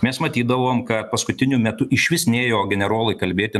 mes matydavom ka paskutiniu metu išvis nėjo generolai kalbėti